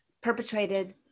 perpetrated